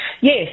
Yes